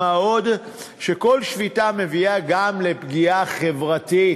מה עוד שכל שביתה מביאה גם לפגיעה חברתית,